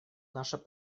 наше